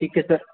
ठीक आहे सर